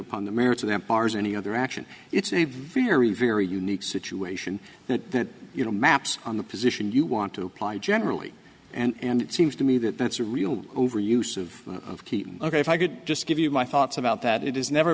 upon the merits of that bar's any other action it's a very very unique situation that you know maps on the position you want to apply generally and it seems to me that that's a real over use of of keith ok if i could just give you my thoughts about that it is never